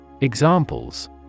Examples